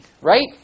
right